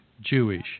Jewish